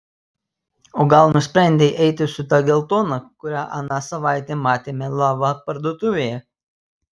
o gal nusprendei eiti su ta geltona kurią aną savaitę matėme lava parduotuvėje